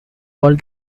gol